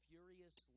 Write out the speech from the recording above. Furious